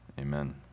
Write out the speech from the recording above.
amen